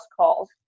calls